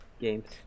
games